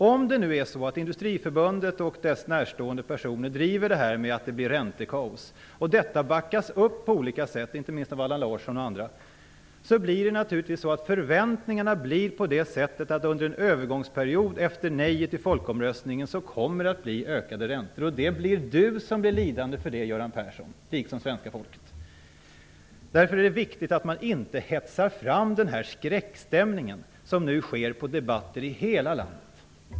Om det nu är så att Industriförbundet och dess närstående personer driver detta med att det blir räntekaos och detta backas upp på olika sätt, inte minst av Allan Larsson och andra, blir det naturligtvis så att förväntningarna infrias. Under en övergångsperiod efter nejet i folkomröstningen kommer det att bli ökade räntor. Det blir Göran Persson som blir lidande av det, liksom det svenska folket. Därför är det viktigt att man inte hetsar fram den här skräckstämningen. Det sker ju nu på debatter i hela landet.